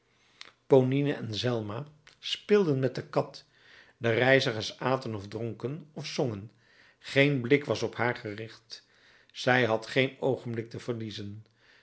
ponine en zelma speelden met de kat de reizigers aten of dronken of zongen geen blik was op haar gericht zij had geen oogenblik te verliezen